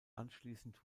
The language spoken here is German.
anschließend